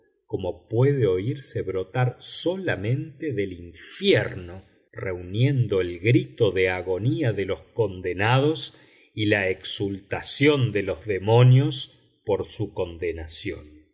como puede oírse brotar solamente del infierno reuniendo el grito de agonía de los condenados y la exultación de los demonios por su condenación